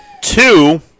two